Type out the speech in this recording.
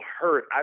hurt